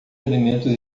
elementos